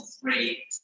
three